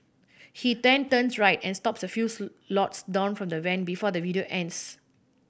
he then turns right and stops a few lots down from the van before the video ends